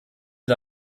für